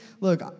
look